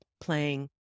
playing